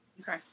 Okay